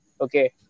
Okay